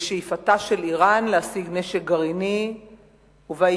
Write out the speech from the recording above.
בשאיפתה של אירן להשיג נשק גרעיני ובאיום